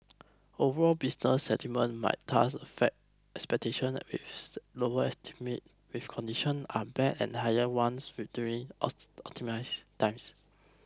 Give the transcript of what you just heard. overall business sentiment might thus affect expectations with lower estimates when conditions are bad and higher ones during optimistic times